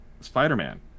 Spider-Man